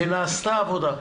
ונעשתה עבודה.